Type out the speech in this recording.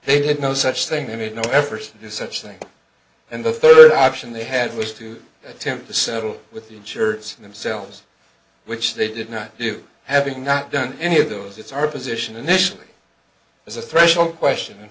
they did no such thing they made no effort to do such things and the third option they had was to attempt to settle with the church themselves which they did not do having not done any of those it's our position initially as a threshold question